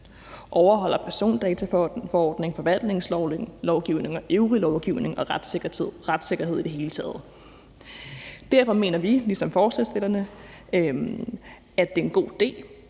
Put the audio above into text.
overholder persondataforordningen, forvaltningslovgivning, EU-lovgivning og retssikkerhed i det hele taget. Derfor mener vi ligesom forslagsstillerne, at det er en god idé,